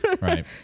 Right